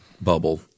bubble